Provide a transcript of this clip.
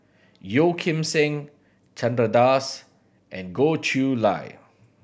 Yeo Kim Seng Chandra Das and Goh Chiew Lye